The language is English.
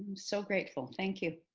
so grateful. thank you.